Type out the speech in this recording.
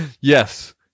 Yes